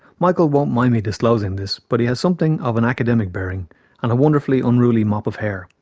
michael won't mind me disclosing this, but he has something of an academic bearing and a wonderfully unruly mop of hair.